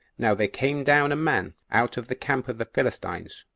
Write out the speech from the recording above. now there came down a man out of the camp of the philistines,